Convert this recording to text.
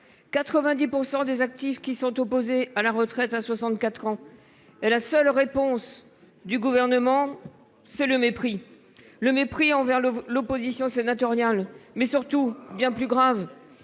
90 % des actifs qui sont opposés à la retraite à 64 ans, et la seule réponse du Gouvernement, c'est le mépris. Mépris envers l'opposition sénatoriale. Surtout, et bien plus grave,